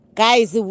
guys